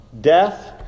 death